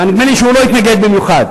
נדמה לי שהוא לא התנגד במיוחד.